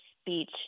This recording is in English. speech